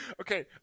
Okay